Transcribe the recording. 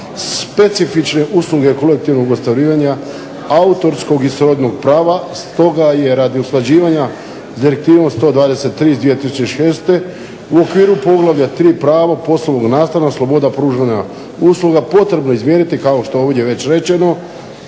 specifične usluge kolektivnog ostvarivanja autorskog i srodnog prava. Stoga je radi usklađivanja s Direktivom 123/2006. u okviru poglavlja 3.-Pravo poslovnog nastana, sloboda pružanja usluga potrebno izmijeniti kao što je ovdje već rečeno,